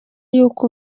y’uko